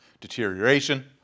Deterioration